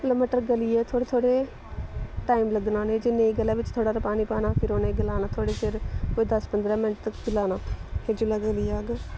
जेल्लै मटर गली गे थोह्ड़े थोह्ड़े टाइम लग्गना उ'नेंगी जे नेईं गले बिच्च थोह्ड़ाा पानी पाना फिर उ'नें गलाना थोह्ड़े चिर कोई दस पंदरां मैंट्ट तक गलाना ते जेल्लै गली जाह्ग